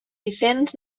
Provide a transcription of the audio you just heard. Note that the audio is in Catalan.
vicenç